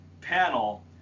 panel